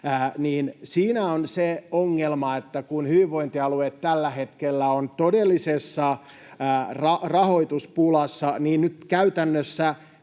on se ongelma, että kun hyvinvointialueet tällä hetkellä ovat todellisessa rahoituspulassa, niin nyt käytännössä